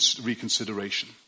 reconsideration